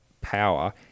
power